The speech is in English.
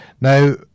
Now